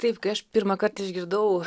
taip kai aš pirmąkart išgirdau